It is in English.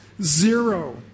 Zero